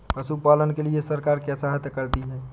पशु पालन के लिए सरकार क्या सहायता करती है?